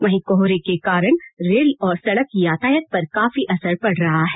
वहीं कोहरे के कारण रेल और सड़क यातायात पर काफी असर पड रहा है